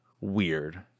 weird